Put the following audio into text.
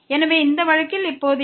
எனவே இந்த வழக்கில் இப்போது fx00